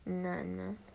hernah hernah